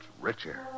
richer